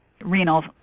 renal